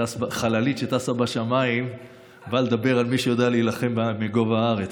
חללית שטסה בשמיים באה לדבר על מי שיודע להילחם מגובה הארץ.